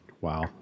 Wow